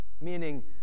Meaning